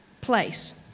place